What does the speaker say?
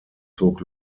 zog